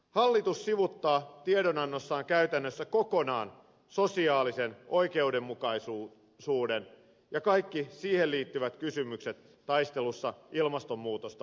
hallitus sivuuttaa tiedonannossaan käytännössä kokonaan sosiaalisen oikeudenmukaisuuden ja kaikki siihen liittyvät kysymykset taistelussa ilmastonmuutosta vastaan